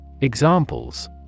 Examples